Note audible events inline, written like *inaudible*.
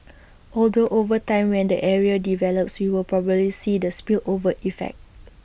*noise* although over time when the area develops we will probably see the spillover effect